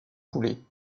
poulet